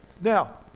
Now